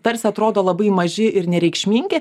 tarsi atrodo labai maži ir nereikšmingi